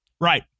right